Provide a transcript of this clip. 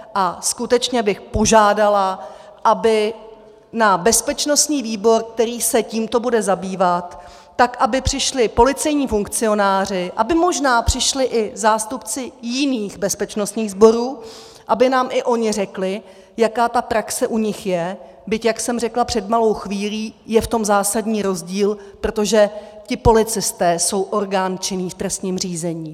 A skutečně bych požádala, aby na bezpečnostní výbor, který se tímto bude zabývat, přišli policejní funkcionáři, možná přišli i zástupci jiných bezpečnostních sborů, aby nám i oni řekli, jaká ta praxe u nich je, byť jak jsem řekla před malou chvílí je v tom zásadní rozdíl, protože ti policisté jsou orgán činný v trestním řízení.